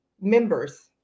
members